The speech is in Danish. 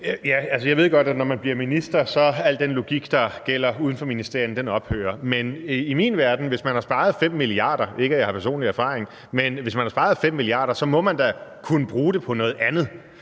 Jeg ved godt, at når man bliver minister, ophører al den logik, der gælder uden for ministerierne. Men hvis man i min verden har sparet 5 mia. kr., ikke at jeg har personlig erfaring, må man da kunne bruge dem på noget andet,